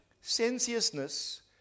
sensuousness